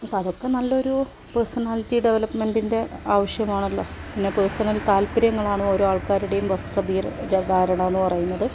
അപ്പോൾ അതൊക്കെ നല്ലൊരു പേഴ്സണാലിറ്റി ഡെവലപ്പ്മെന്റിൻ്റെ ആവശ്യമാണല്ലൊ പിന്നെ പേഴ്സണൽ താല്പര്യങ്ങളാണ് ഓരോ ആൾക്കാരുടെയും വസ്ത്രധാരണം എന്നു പറയുന്നത്